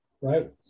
right